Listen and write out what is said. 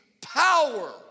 power